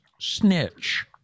snitch